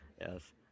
Yes